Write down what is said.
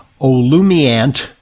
Olumiant